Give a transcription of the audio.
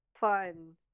fun